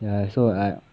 ya so I